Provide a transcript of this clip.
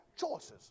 choices